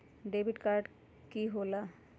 Debit card की होला?